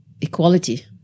equality